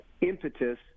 impetus